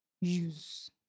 use